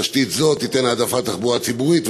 תשתית זו תיתן העדפה לתחבורה ציבורית,